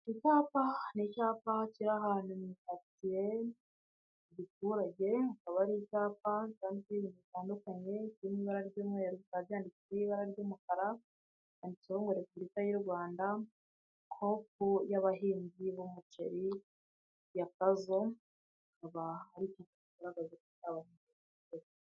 Icyapa ni icyapa kiri ahantu mu ikaritsiye yo mu giturage, akaba ari icyapa cyanditseho ibintu bitandukanye, kiri mu ibara ry'umweru, akaba cyanditseho mu ibara ry'umukara, hakaba handitse ngo repubulika y'u Rwanda, "koop y'abahinzi b'umuceri ya kazo", akaba ari abahinzi bibumbiye muri cooperative.